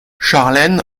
charlène